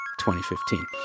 2015